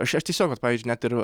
aš aš tiesiog vat pavyzdžiui net ir